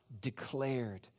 declared